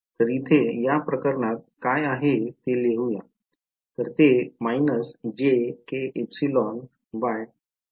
तर इथे या प्रकरणात काय आहे ते लिहू या